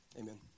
Amen